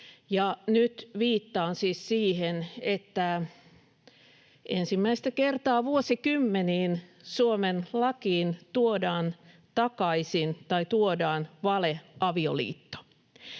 nyt viittaan siis siihen, että ensimmäistä kertaa vuosikymmeniin Suomen lakiin tuodaan valeavioliitto.